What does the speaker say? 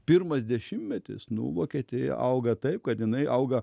pirmas dešimtmetis nu vokietija auga taip kad jinai auga